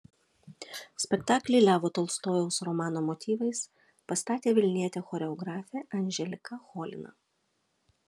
spektaklį levo tolstojaus romano motyvais pastatė vilnietė choreografė anželika cholina